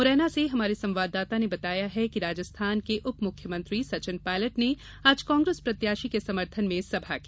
मुरैना से हमारे संवाददाता ने बताया है कि राजस्थान के उप मुख्यमंत्री सचिन पायलट ने आज कांग्रेस प्रत्याशी के समर्थन में सभा की